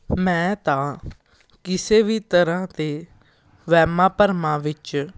ਮੈਂ ਤਾਂ ਕਿਸੇ ਵੀ ਤਰ੍ਹਾਂ ਦੇ ਵਹਿਮਾਂ ਭਰਮਾਂ ਵਿੱਚ